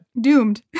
doomed